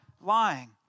lying